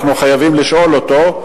אנחנו חייבים לשאול אותו,